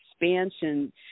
expansion